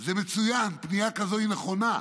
זה מצוין, פנייה כזו היא נכונה,